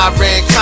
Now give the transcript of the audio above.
Iran